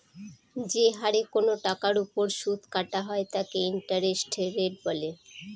যে হারে কোনো টাকার ওপর সুদ কাটা হয় তাকে ইন্টারেস্ট রেট বলে